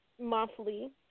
monthly